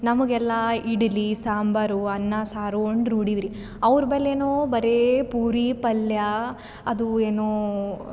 ನಮಗೆ ಎಲ್ಲ ಇಡಲಿ ಸಾಂಬಾರು ಅನ್ನ ಸಾರು ಉಂಡು ರೂಢಿ ರೀ ಅವ್ರ ಬಳಿ ಏನೋ ಬರೇ ಪೂರಿ ಪಲ್ಯ ಅದು ಏನೂ